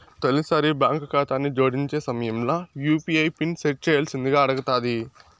తొలిసారి బాంకు కాతాను జోడించే సమయంల యూ.పీ.ఐ పిన్ సెట్ చేయ్యాల్సిందింగా అడగతాది